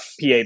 Pa